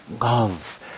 love